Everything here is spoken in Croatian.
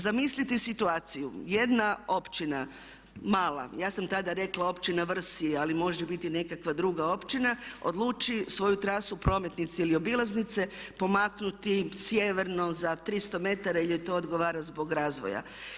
Zamislite situaciju, jedna općina mala, ja sam tada rekla općina Vrsi, ali može biti nekakva druga općina odluči svoju trasu prometnice ili obilaznice pomaknuti sjeverno za 300 metara jer joj to odgovara zbog razvoja.